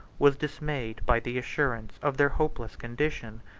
was dismayed by the assurance of their hopeless condition.